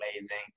amazing